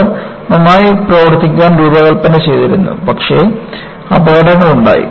അവ നന്നായി പ്രവർത്തിക്കാൻ രൂപകൽപ്പന ചെയ്തിരുന്നു പക്ഷേ അപകടങ്ങളുണ്ടായി